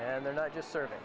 and they're not just surfing